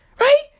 Right